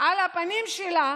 על הפנים שלה,